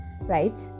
right